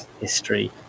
history